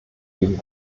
geben